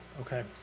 Okay